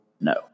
no